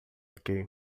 aqui